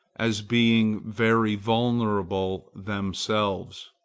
as being very vulnerable themselves.